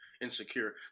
Insecure